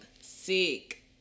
Sick